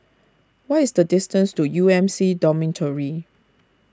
what is the distance to U M C Dormitory